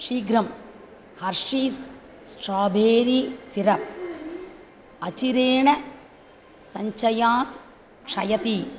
शीघ्रं Hershey's strawberry syrup अचिरेण सञ्चयात् क्षयति